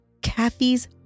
Kathy's